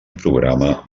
programa